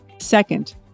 Second